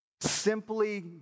simply